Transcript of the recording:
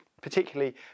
particularly